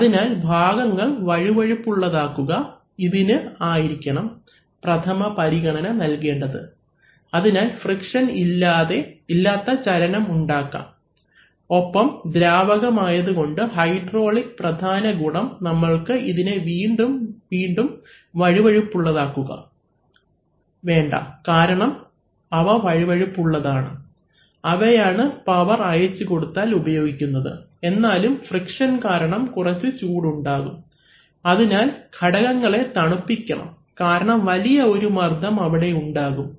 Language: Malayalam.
അതിനാൽ ഭാഗങ്ങൾ വഴുവഴുപ്പുള്ളതാക്കുക ഇതിന് ആയിരിക്കണം പ്രഥമ പരിഗണന നൽകേണ്ടത് അതിനാൽ ഫ്രിക്ഷൻ ഇല്ലാത്ത ചലനം ഉണ്ടാകും ഒപ്പം ദ്രാവകം ആയത് കൊണ്ട് ഹൈഡ്രോളിക് പ്രധാനഗുണം നമ്മൾക്ക് ഇതിനെ വീണ്ടും വഴുവഴുപ്പുള്ളതാക്കുക വേണ്ട കാരണം അവ വഴുവഴുപ്പുള്ളതാണ് അവയാണ് പവർ അയച്ചുകൊടുക്കാൻ ഉപയോഗിക്കുന്നത് എന്നാലും ഫ്രിക്ഷൻ കാരണം കുറച്ചു ചൂട് ഉണ്ടാകും അതിനാൽ ഘടകങ്ങളെ തണുപ്പിക്കണം കാരണം വലിയ ഒരു മർദ്ദം അവിടെ ഉണ്ടാകും